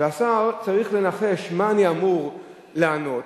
והשר צריך לנחש, מה אני אמור לענות.